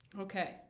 Okay